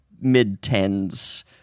mid-tens